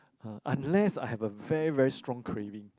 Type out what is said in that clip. uh unless I have a very very strong craving